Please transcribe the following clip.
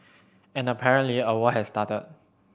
and apparently a war has started